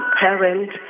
parent